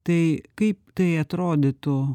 tai kaip tai atrodytų